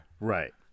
Right